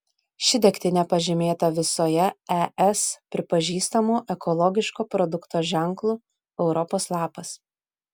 ši degtinė pažymėta visoje es pripažįstamu ekologiško produkto ženklu europos lapas